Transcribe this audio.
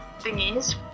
thingies